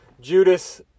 Judas